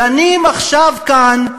דנים עכשיו כאן,